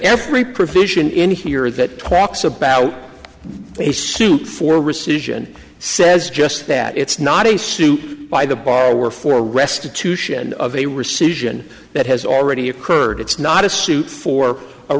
every provision in here that talks about a suit for recision says just that it's not a suit by the borrower for restitution of a rescission that has already occurred it's not a suit for a